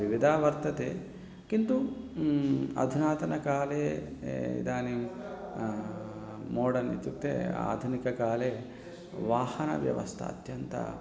दुविधाः वर्तते किन्तु अधुनातनकाले इदानीं मोडन् इत्युक्ते आधुनिककाले वाहनव्यवस्था अत्यन्ता